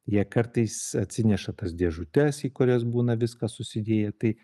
jie kartais atsineša tas dėžutes į kurias būna viską susidėję tai